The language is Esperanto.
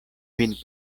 vin